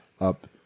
up